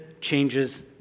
changes